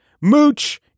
Mooch